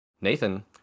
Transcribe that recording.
Nathan